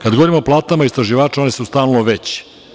Kada govorimo o platama istraživača oni su stalno veće.